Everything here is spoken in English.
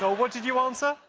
so what did you answer?